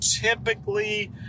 typically